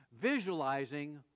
visualizing